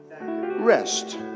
rest